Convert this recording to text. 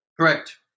Correct